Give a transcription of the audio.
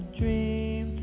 dream